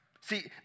See